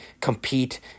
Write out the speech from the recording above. compete